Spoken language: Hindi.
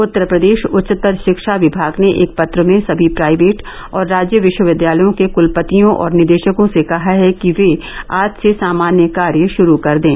उत्तर प्रदेश उच्चतर शिक्षा विभाग ने एक पत्र में सभी प्राइवेट और राज्य विश्वविद्यालयों के कलपतियों और निदेशकों से कहा है कि वे आज से सामान्य कार्य शुरू कर दें